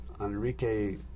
Enrique